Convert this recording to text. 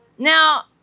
Now